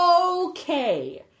Okay